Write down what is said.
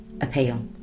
appeal